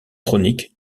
chronique